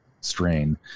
strain